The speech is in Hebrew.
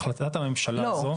החלטת הממשלה הזו --- לא,